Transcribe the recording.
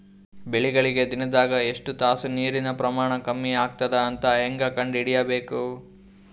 ಬೆಳಿಗಳಿಗೆ ದಿನದಾಗ ಎಷ್ಟು ತಾಸ ನೀರಿನ ಪ್ರಮಾಣ ಕಮ್ಮಿ ಆಗತದ ಅಂತ ಹೇಂಗ ಕಂಡ ಹಿಡಿಯಬೇಕು?